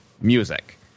music